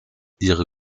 ihre